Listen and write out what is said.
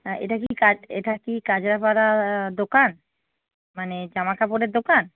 হ্যাঁ এটা কি কাঁচ এটা কি কাঁচরাপাড়া দোকান মানে জামা কাপড়ের দোকান